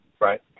Right